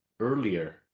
Earlier